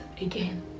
again